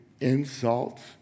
insults